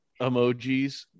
emojis